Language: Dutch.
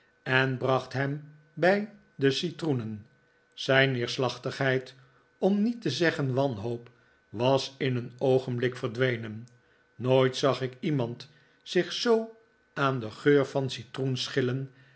en bracht hem bij de citroenen zijn neerslachtigheid om niet te zeggen wanhoop was in een oogenblik verdwenen nooit zag ik iemand zich zoo aan den geur van